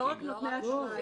לא רק נותני אשראי.